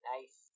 Nice